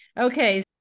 okay